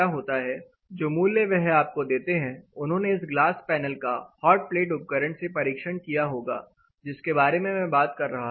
जो मूल्य वह आपको देते हैं उन्होंने इस ग्लास पैनल का हॉट प्लेट उपकरण से परीक्षण किया होगा जिसके बारे में मैं बात कर रहा था